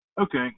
Okay